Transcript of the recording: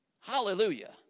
Hallelujah